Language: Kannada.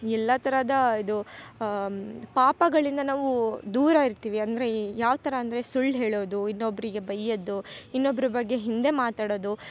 ಎಲ್ಲ ತರಹದ ಇದು ಪಾಪಗಳಿಂದ ನಾವು ದೂರ ಇರ್ತಿವಿ ಅಂದ್ರೆ ಈ ಯಾವ್ತರ ಅಂದ್ರೆ ಸುಳ್ಳ್ ಹೇಳೋದು ಇನ್ನೊಬ್ಬರಿಗೆ ಬೈಯ್ಯದು ಇನ್ನೊಬರ ಬಗ್ಗೆ ಹಿಂದೆ ಮಾತಾಡದು